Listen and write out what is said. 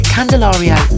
Candelario